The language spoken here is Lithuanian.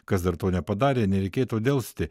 kas dar to nepadarė nereikėtų delsti